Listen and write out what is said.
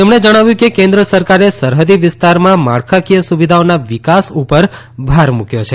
તેમણે જણાવ્યું કે કેન્દ્ર સરકારે સરહદી વિસ્તારના માળખાકીય સુવિધાઓના વિકાસ ઉપર ભાર મુકયો છે